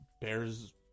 bears